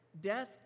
death